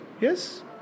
Yes